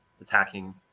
attacking